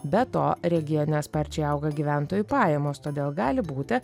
be to regione sparčiai auga gyventojų pajamos todėl gali būti